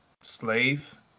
slave